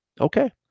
okay